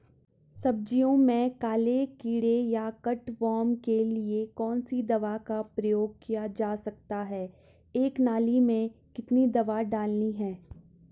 सब्जियों में काले कीड़े या कट वार्म के लिए कौन सी दवा का प्रयोग किया जा सकता है एक नाली में कितनी दवा डालनी है?